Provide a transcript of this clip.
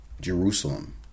Jerusalem